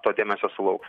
to dėmesio sulauks